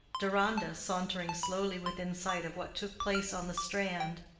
deronda, sauntering slowly within sight of what took place on the strand,